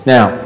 Now